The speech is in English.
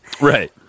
Right